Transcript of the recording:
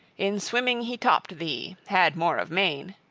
in swimming he topped thee, had more of main!